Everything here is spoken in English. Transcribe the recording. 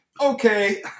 okay